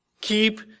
Keep